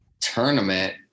tournament